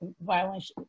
violence